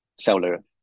seller